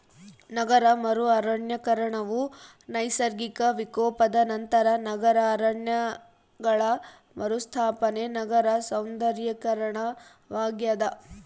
ನಗರ ಮರು ಅರಣ್ಯೀಕರಣವು ನೈಸರ್ಗಿಕ ವಿಕೋಪದ ನಂತರ ನಗರ ಅರಣ್ಯಗಳ ಮರುಸ್ಥಾಪನೆ ನಗರ ಸೌಂದರ್ಯೀಕರಣವಾಗ್ಯದ